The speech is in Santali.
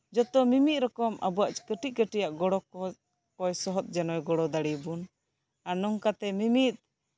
ᱡᱚᱛᱚ ᱢᱤᱢᱤᱫ ᱨᱚᱠᱚᱢ ᱟᱵᱚᱣᱟᱜ ᱠᱟᱹᱴᱤᱡ ᱠᱟᱹᱴᱤᱡ ᱜᱚᱲᱚ ᱠᱚ ᱥᱚᱦᱚᱫ ᱡᱮᱱᱚᱭ ᱜᱚᱲᱚ ᱫᱟᱲᱮᱭᱟᱵᱚᱱ ᱟᱨ ᱱᱚᱝᱠᱟᱛᱮ ᱢᱤᱢᱤᱫ